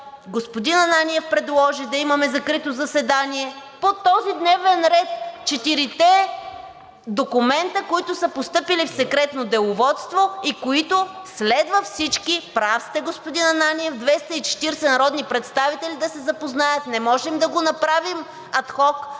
господин Ананиев предложи да имаме закрито заседание по този дневен ред – четирите документа, които са постъпили в Секретното деловодство и с които следва всички, прав сте господин Ананиев, 240 народни представители да се запознаят. Не можем да го направим адхок,